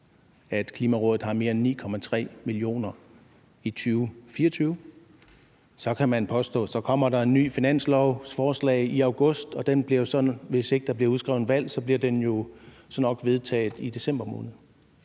at Klimarådet har mere end 9,3 mio. kr. i 2024. Så kan man påstå, at der kommer et nyt finanslovsforslag i august, og hvis der ikke bliver udskrevet valg, så bliver det jo nok vedtaget i december måned.